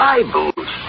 Bibles